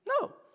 No